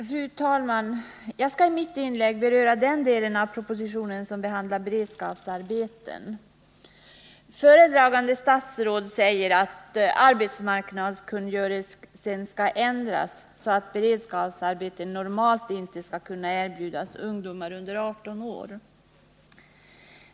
Fru talman! Jag skall i mitt inlägg beröra den del av propositionen som behandlar beredskapsarbeten. Föredragande statsrådet säger att arbetsmarknadskungörelsen skall ändras så att beredskapsarbeten normalt inte kommer att erbjudas ungdomar under 18 år.